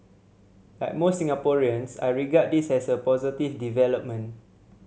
like most Singaporeans I regard this as a positive development